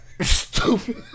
Stupid